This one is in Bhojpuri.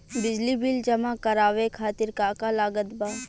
बिजली बिल जमा करावे खातिर का का लागत बा?